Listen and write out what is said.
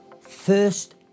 first